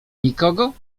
nikogo